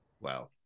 Wow